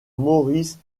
maurice